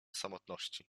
samotności